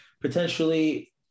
potentially